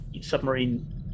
submarine